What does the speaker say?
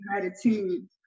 gratitude